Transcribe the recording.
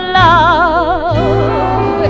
love